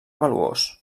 valuós